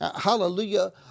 Hallelujah